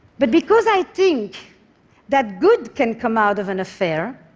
but because i think that good can come out of an affair,